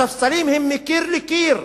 הספסלים הם מקיר לקיר,